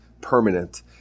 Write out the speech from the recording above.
permanent